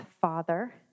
Father